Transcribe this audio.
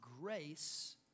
Grace